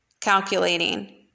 calculating